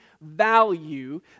value